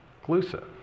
exclusive